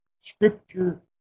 Scripture